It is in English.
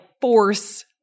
force